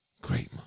Great